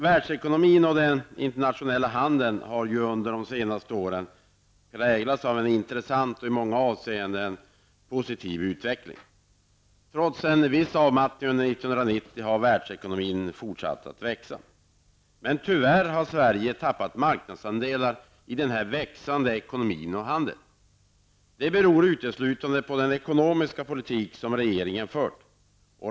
Världsekonomin och den internationella handeln har under de senaste åren präglats av en intressant och i många avseenden positiv utveckling. Trots en viss avmattning under 1990 har världsekonomin fortsatt att växa. Men tyvärr har Sverige tappat marknadsandelar i denna växande ekonomi och handel. Det beror uteslutande på den ekonomiska politik som regeringen fört.